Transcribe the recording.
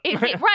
Right